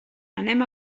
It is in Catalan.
anem